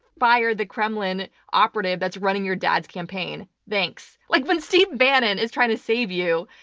fire the kremlin operative that's running your dad's campaign. thanks. like, when steve bannon is trying to save you,